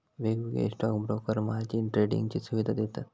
वेगवेगळे stock broker margin ट्रेडिंगची सुवीधा देतत